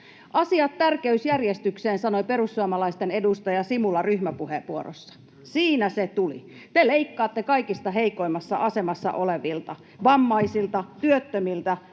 Asiat tärkeysjärjestykseen, sanoi perussuomalaisten edustaja Simula ryhmäpuheenvuorossa. Siinä se tuli. Te leikkaatte kaikista heikoimmassa asemassa olevilta — vammaisilta, työttömiltä,